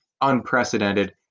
unprecedented